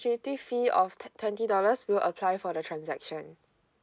administrative fee of twen~ twenty dollars will apply for the transaction